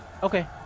Okay